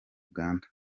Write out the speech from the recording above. uganda